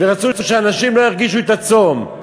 ורצו שאנשים לא ירגישו את הצום.